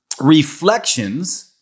reflections